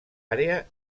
àrea